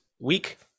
week